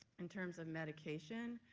in terms of medication,